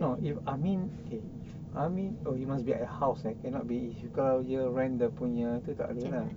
no if amin okay if amin oh it must be at house eh cannot be if kalau dia rent dia punya tu tak boleh ah